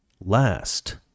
last